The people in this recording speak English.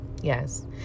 Yes